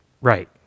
right